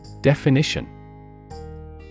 Definition